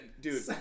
dude